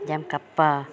ꯌꯥꯝ ꯀꯞꯄ